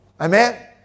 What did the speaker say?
Amen